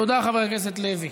תודה, חבר הכנסת לוי.